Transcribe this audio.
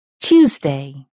Tuesday